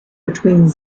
between